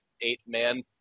eight-man